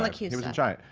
like he he was in giant.